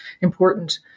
important